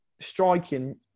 Striking